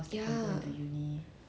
ya